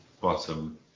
bottom